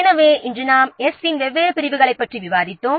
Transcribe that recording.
எனவே இன்று நாம் 's' இன் வெவ்வேறு பிரிவுகளைப் பற்றி விவாதித்தோம்